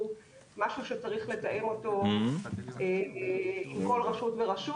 משהו שצריך לתאם אותו עם כל רשות ורשות.